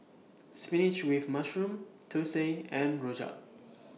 Spinach with Mushroom Thosai and Rojak